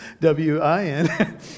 W-I-N